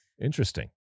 interesting